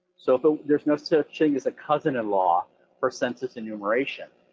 so if ah there's no such thing as a cousin-in-law for census enumeration,